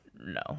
No